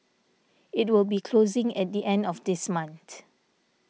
it will be closing at the end of this month